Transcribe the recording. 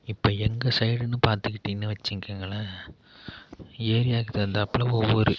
இப்போ எங்கள் சைடுன்னு பார்த்துக்கிட்டீங்கன்னு வெச்சுக்கங்களேன் ஏரியாவுக்கு தகுந்தாற்ப்புல ஒவ்வொரு